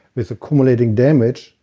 there's accumulating damage.